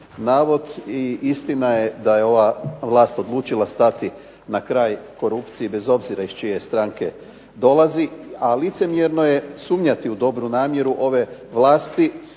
navoda. I istina je da je ova vlast odlučila stati na kraj korupciji bez obzira iz čije stranke dolazi. A licemjerno je sumnjati u dobru namjeru ove vlasti,